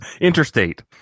Interstate